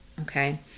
okay